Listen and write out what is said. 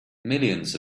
millions